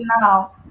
now